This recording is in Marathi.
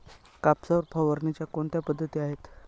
कापसावर फवारणीच्या कोणत्या पद्धती आहेत?